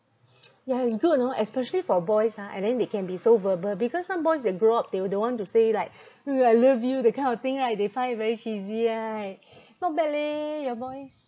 ya is good you know especially for boys ah and then they can be so verbal because some boys they grow up they would don't want to say like uh I love you that kind of thing right they find it very cheesy right not bad leh your boys